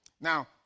Now